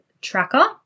tracker